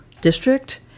district